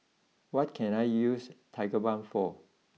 what can I use Tigerbalm for